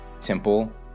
temple